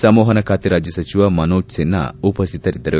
ಸಂವಹನ ಖಾತೆ ರಾಜ್ಯ ಸಚಿವ ಮನೋಜ್ ಸಿನ್ಹಾ ಉಪಸ್ಥಿತರಿದ್ದರು